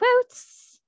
quotes